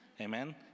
amen